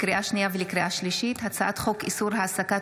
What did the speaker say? לקריאה שנייה ולקריאה שלישית: הצעת חוק איסור העסקת